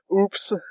Oops